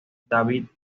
david